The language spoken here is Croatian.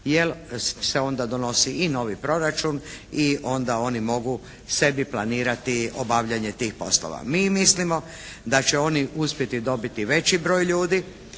se onda donosi i novi proračun i onda oni mogu sebi planirati obavljanje tih poslova. Mi mislimo da će oni uspjeti dobiti veći broj ljudi